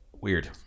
Weird